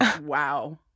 wow